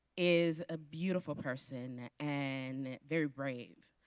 is a beautiful person. and very bright.